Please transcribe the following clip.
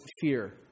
fear